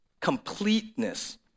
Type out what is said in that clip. completeness